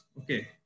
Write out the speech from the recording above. Okay